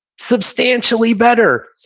substantially better.